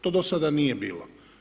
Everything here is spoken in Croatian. To dosada nije bilo.